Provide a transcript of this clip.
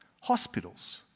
hospitals